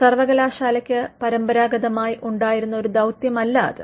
സർവ്വകലാശാലയ്ക്ക് പരമ്പരാഗതമായി ഉണ്ടായിരുന്ന ഒരു ദൌത്യമല്ല അത്